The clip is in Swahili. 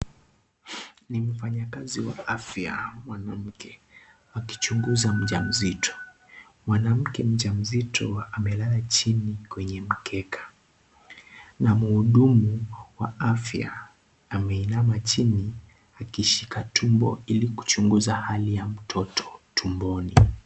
Ni mfanyikazi wa afya mwanamke. Akichunguza mjamzito. Mwanamke mjamzito amelala chini kwenye mkeka. Na mhudumu wa afya ameinama chini akishika tumbo ili kuchunguza hali ya mtoto tumboni.